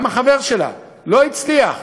גם החבר שלה לא הצליח.